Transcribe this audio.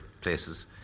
places